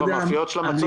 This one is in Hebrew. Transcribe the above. המאפיות של המצות,